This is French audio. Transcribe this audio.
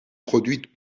produite